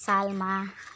सालमा